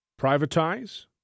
privatize